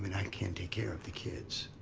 and i can't take care of the kids.